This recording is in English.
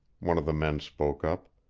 one of the men spoke up.